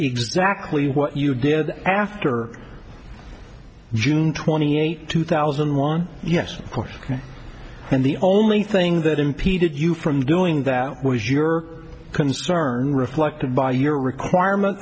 exactly what you did after june twenty eighth two thousand and one yes of course and the only thing that impeded you from doing that was your concern reflected by your requirement